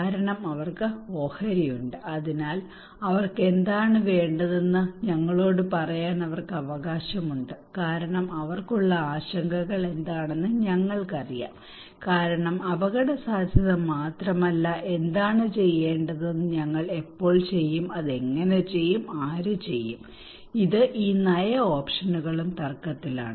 കാരണം അവർക്ക് ഓഹരിയുണ്ട് അതിനാൽ അവർക്ക് എന്താണ് വേണ്ടതെന്ന് ഞങ്ങളോട് പറയാൻ അവർക്ക് അവകാശമുണ്ട് കാരണം അവർക്കുള്ള ആശങ്കകൾ എന്താണെന്ന് ഞങ്ങൾക്കറിയാം കാരണം അപകടസാധ്യത മാത്രമല്ല എന്താണ് ചെയ്യേണ്ടതെന്ന് ഞങ്ങൾ എപ്പോൾ ചെയ്യും അത് എങ്ങനെ ചെയ്യും ആര് ചെയ്യും ഇത് ഈ നയ ഓപ്ഷനുകളും തർക്കത്തിലാണ്